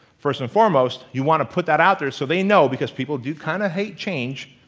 first and foremost, you want to put that out there, so they know. because people do kinda hate change,